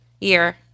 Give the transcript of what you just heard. year